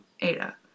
Ada